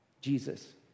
Jesus